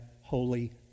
holy